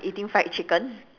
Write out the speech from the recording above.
eating fried chicken